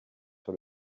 sur